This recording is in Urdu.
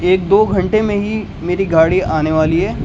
ایک دو گھنٹے میں ہی میری گاڑی آنے والی ہے